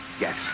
Yes